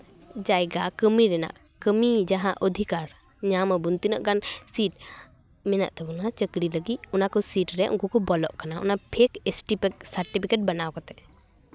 ᱡᱟᱭᱜᱟ ᱠᱟᱹᱢᱤ ᱨᱮᱱᱟᱜ ᱠᱟᱹᱢᱤ ᱡᱟᱦᱟᱸ ᱚᱫᱷᱤᱠᱟᱨ ᱧᱟᱢ ᱟᱵᱚᱱ ᱛᱤᱱᱟᱹᱜ ᱜᱟᱱ ᱥᱤᱴ ᱢᱮᱱᱟᱜ ᱛᱟᱵᱳᱱᱟ ᱪᱟᱹᱠᱨᱤ ᱞᱟᱹᱜᱤᱫ ᱚᱱᱟ ᱠᱚ ᱥᱤᱴ ᱨᱮ ᱩᱱᱠᱩ ᱠᱚ ᱵᱚᱞᱚᱜ ᱠᱟᱱᱟ ᱚᱱᱟ ᱯᱷᱮᱠ ᱮᱥ ᱴᱤ ᱥᱟᱨᱴᱚᱯᱷᱤᱠᱮᱴ ᱵᱮᱱᱟᱣ ᱠᱟᱛᱮᱜ